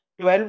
12